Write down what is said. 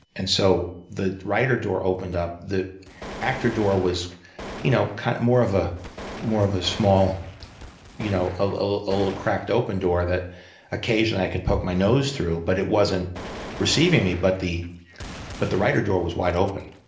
and so the writer door opened up. the actor door was you know kind of more of ah more of a small you know ah a ah little cracked open door that occasionally i could poke my nose through. but it wasn't receiving me. but the but the writer door was wide open.